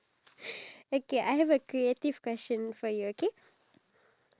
era where men dress up so nicely and proper